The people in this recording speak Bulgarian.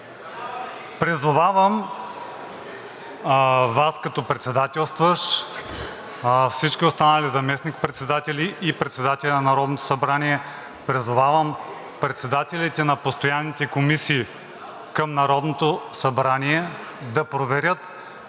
Призовавам Вас като председателстващ, всички останали заместник-председатели и председателя на Народното събрание, призовавам председателите на постоянните комисии към Народното събрание да проверят